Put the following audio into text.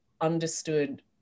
understood